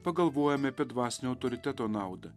pagalvojome apie dvasinio autoriteto naudą